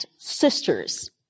sisters